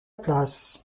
place